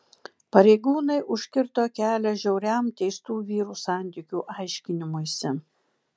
pareigūnai užkirto kelią žiauriam teistų vyrų santykių aiškinimuisi